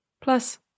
Plus